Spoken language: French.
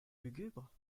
lugubre